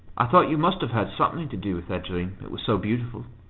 i thought you must have had something to do with that dream, it was so beautiful.